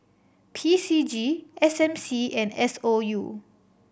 P C G S M C and S O U